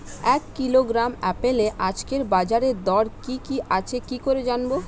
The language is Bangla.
এক কিলোগ্রাম আপেলের আজকের বাজার দর কি কি আছে কি করে জানবো?